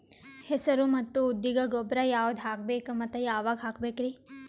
ಹೆಸರು ಮತ್ತು ಉದ್ದಿಗ ಗೊಬ್ಬರ ಯಾವದ ಹಾಕಬೇಕ ಮತ್ತ ಯಾವಾಗ ಹಾಕಬೇಕರಿ?